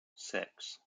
six